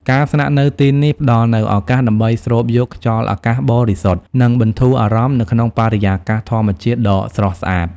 ការស្នាក់នៅទីនេះផ្តល់នូវឱកាសដើម្បីស្រូបយកខ្យល់អាកាសបរិសុទ្ធ និងបន្ធូរអារម្មណ៍នៅក្នុងបរិយាកាសធម្មជាតិដ៏ស្រស់ស្អាត។